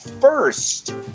first